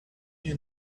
you